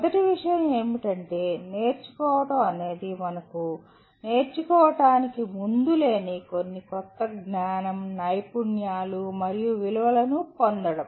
మొదటి విషయం ఏమిటంటే నేర్చుకోవడం అనేది మనకు నేర్చుకోవడానికి ముందు లేని కొన్ని కొత్త జ్ఞానం నైపుణ్యాలు మరియు విలువలను పొందడం